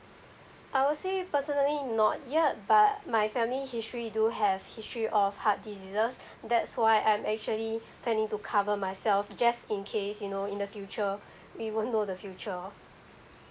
I will say personally not yet but my family history do have history of heart diseases that's why I'm actually planning to cover myself just in case you know in the future we won't know the future